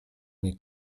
mnie